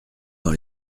dans